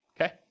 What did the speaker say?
okay